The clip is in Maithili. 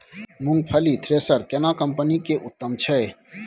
मूंगफली थ्रेसर केना कम्पनी के उत्तम छै?